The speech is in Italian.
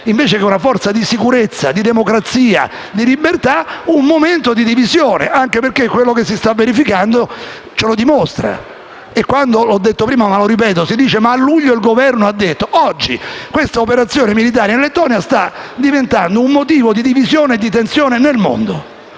invece che una forza di sicurezza, di democrazia e di libertà, un momento di divisione. Anche perché quello che si sta verificando ce lo dimostra, e ripeto qui ciò che ho detto prima. Si dice: ma a luglio il Governo ha detto la tal cosa. Ma oggi questa operazione militare in Lettonia sta diventando un motivo di tensione e di divisione nel mondo,